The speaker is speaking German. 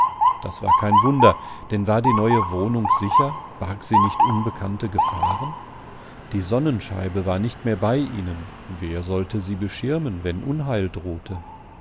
das war kein wunder denn war die neue wohnung sicher barg sie nicht unbekannte gefahren die sonnenscheibe war nicht mehr bei ihnen wer sollte sie beschirmen wenn unheil drohte